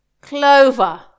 Clover